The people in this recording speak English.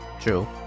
True